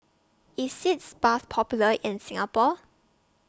IS Sitz Bath Popular in Singapore